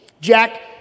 Jack